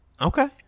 Okay